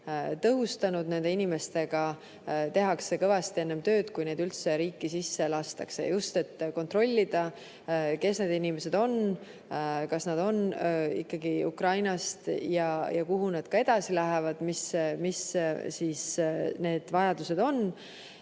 tõhustanud. Nende inimestega tehakse kõvasti tööd, enne kui nad üldse riiki sisse lastakse, just selleks, et kontrollida, kes need inimesed on, kas nad on ikkagi Ukrainast, kuhu nad edasi lähevad ja mis nende vajadused on.